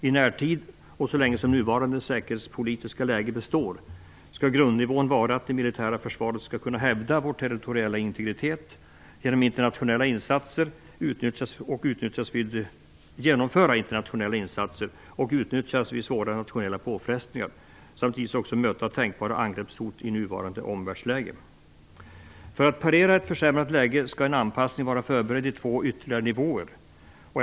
I närtid och så länge som nuvarande säkerhetspolitiska läge består skall grundnivån vara att det militära försvaret skall kunna hävda vår territoriella integritet, genomföra internationella insatser och utnyttjas vid svåra nationella påfrestningar samt givetvis också möta tänkbara angreppshot i nuvarande omvärldsläge. För att parera ett försämrat läge skall en anpassning vara förberedd i ytterligare två nivåer.